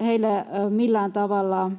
heille on millään tavalla